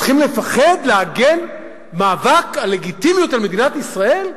צריכים לפחד להגן, מאבק על לגיטימיות מדינת ישראל?